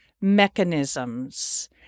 mechanisms